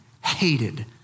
hated